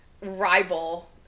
rival